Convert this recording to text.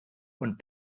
und